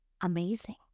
amazing